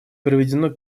проведено